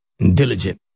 Diligent